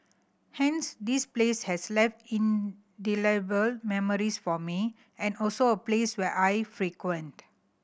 hence this place has left indelible memories for me and also a place where I frequent